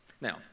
Now